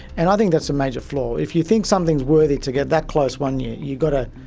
and i think that's a major flaw. if you think something is worthy to get that close one year, you've got to